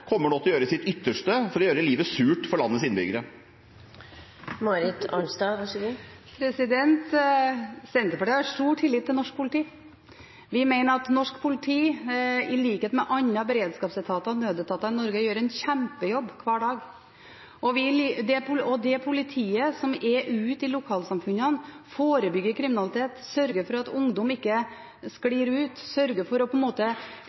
kommer denne troen på at Politidirektoratet og norske politiledere nå kommer til å gjøre sitt ytterste for å gjøre livet surt for landets innbyggere fra? Senterpartiet har stor tillit til norsk politi. Vi mener at norsk politi, i likhet med andre beredskapsetater og nødetater i Norge, gjør en kjempejobb hver dag. Det politiet som er ute i lokalsamfunnene, forebygger kriminalitet og sørger for at ungdom ikke sklir ut – politiet på